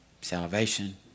salvation